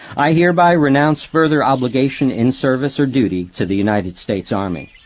i hereby renounce further obligation in service or duty to the united states army.